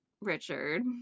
Richard